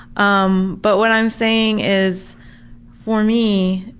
um but what i'm saying is for me